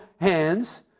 hands